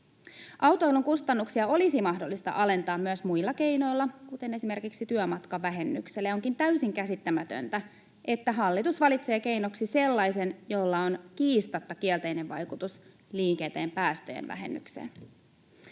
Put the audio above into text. Autoilun kustannuksia olisi mahdollista alentaa myös muilla keinoilla, kuten esimerkiksi työmatkavähennyksellä, ja onkin täysin käsittämätöntä, että hallitus valitsee keinoksi sellaisen, jolla on kiistatta kielteinen vaikutus liikenteen päästöjen vähennykseen.